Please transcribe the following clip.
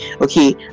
okay